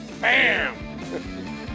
Bam